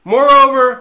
Moreover